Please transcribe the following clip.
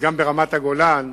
גם ברמת-הגולן